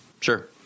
Sure